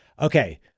Okay